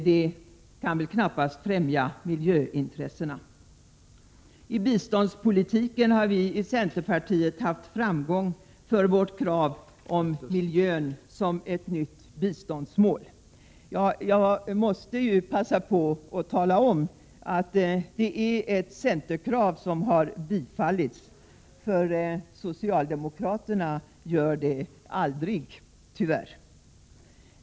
Det kan knappast främja miljöintressena. I biståndspolitiken har vi i centerpartiet haft framgång då det gäller vårt krav om miljön som ett nytt biståndsmål. Jag måste passa på att tala om att det är ett centerkrav som har bifallits — för socialdemokraterna gör det tyvärr aldrig.